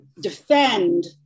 defend